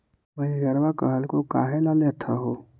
मैनेजरवा कहलको कि काहेला लेथ हहो?